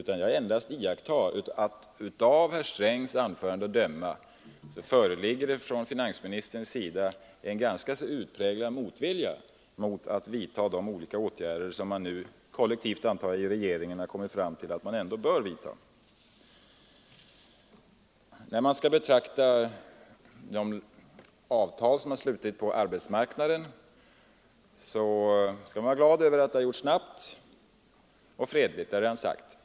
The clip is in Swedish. Jag har bara gjort iakttagelsen att det av herr Strängs anförande att döma föreligger en ganska utpräglad motvilja från finansministerns sida mot att vidta de olika åtgärder som man nu — kollektivt, antar jag — inom regeringen kommit fram till att man ändå bör vidta. När det gäller det avtal som slutits på arbetsmarknaden skall man vara glad över att det skett snabbt och fredligt — det har jag redan sagt.